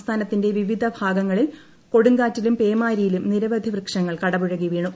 സംസ്ഥാനത്തിന്റെ വിവിധ ഭാഗങ്ങളിൽ കൊടുങ്കാറ്റിലും പേമാരിയിലും നിരവധി വൃക്ഷങ്ങൾ കടപൂഴകി വീണു